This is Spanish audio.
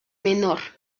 menor